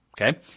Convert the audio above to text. okay